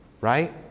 right